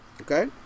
Okay